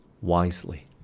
wisely